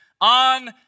on